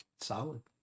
Solid